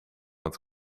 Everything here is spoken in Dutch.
het